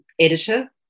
editor